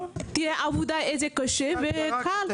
תהיה לפי האם העבודה קשה או קלה.